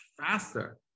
faster